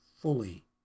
fully